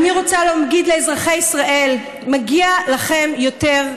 אני רוצה להגיד לאזרחי ישראל: מגיע לכם יותר,